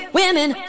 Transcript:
women